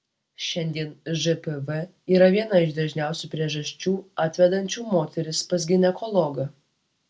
šiandien žpv yra viena iš dažniausių priežasčių atvedančių moteris pas ginekologą